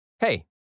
Hey